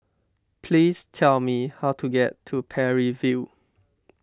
please tell me how to get to Parry View